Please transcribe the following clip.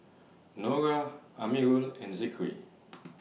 Nura Amirul and Zikri